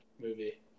movie